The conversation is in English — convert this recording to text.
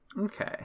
okay